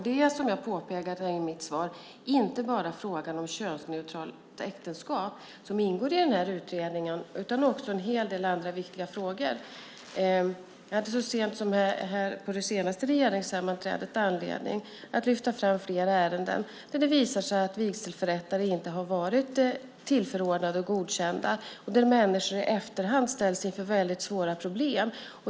Det är som jag påpekar i mitt svar inte bara fråga om könsneutralt äktenskap som ingår i utredningen utan också en hel del andra viktiga frågor. Jag hade så sent som på det senaste regeringssammanträdet anledning att lyfta fram flera ärenden där det visat sig att vigselförrättare inte har varit tillförordnade och godkända och där människor i efterhand ställs inför väldigt svåra problem.